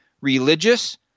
religious